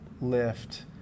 lift